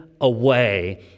away